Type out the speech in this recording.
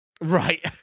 Right